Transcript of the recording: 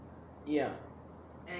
ya